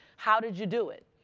how did you do it?